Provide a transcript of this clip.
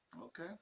Okay